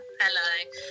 Hello